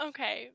Okay